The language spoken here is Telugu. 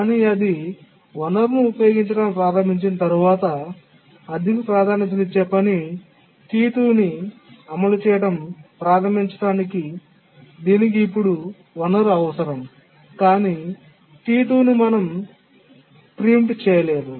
కానీ అది వనరును ఉపయోగించడం ప్రారంభించిన తరువాత అధిక ప్రాధాన్యతనిచ్చే పని T2 ని అమలు చేయడం ప్రారంభించడానికి దీనికి ఇప్పుడు వనరు అవసరం కానీ T10 ను మనం ఆక్రమణ చేయలేము